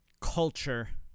culture